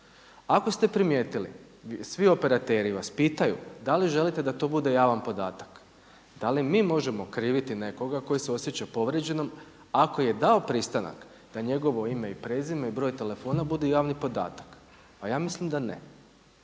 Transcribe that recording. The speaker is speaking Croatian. Ako ste primijetili svi operateri vas pitaju da li želite da to bude javan podatak, da li mi možemo kriviti nekoga tko se osjeća povrijeđenim ako je dao pristan da njegovo ime i prezime i broj telefona bude javni podatak. A ja mislim da ne.